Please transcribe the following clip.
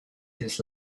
his